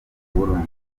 burundu